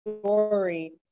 story